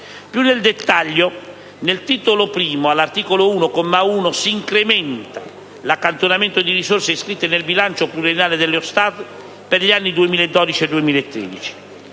Più nel dettaglio, al Titolo I, all'articolo 1, comma 1, si incrementa 1'accantonamento di risorse iscritte nel bilancio pluriennale dello Stato per gli anni 2012 e 2013.